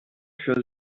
für